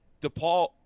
DePaul